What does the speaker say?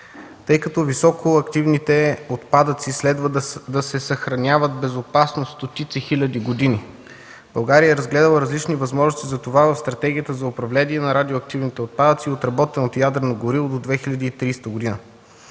Тъй като високоактивните отпадъци следва да се съхраняват в безопасност стотици хиляди години, България е разгледала различни възможности за това в Стратегията за управление на радиоактивните отпадъци и отработеното ядрено гориво до 2030 г.